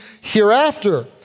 hereafter